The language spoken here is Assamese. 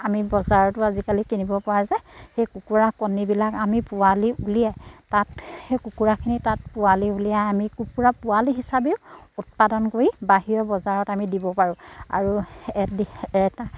আমি বজাৰতো আজিকালি কিনিব পৰা যায় সেই কুকুৰা কণীবিলাক আমি পোৱালি উলিয়াই তাত সেই কুকুৰাখিনি তাত পোৱালি উলিয়াই আমি কুকুৰা পোৱালি হিচাপেও উৎপাদন কৰি বাহিৰৰ বজাৰত আমি দিব পাৰোঁ আৰু এটা